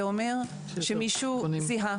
זה אומר שמישהו זיהה,